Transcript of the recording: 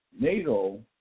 NATO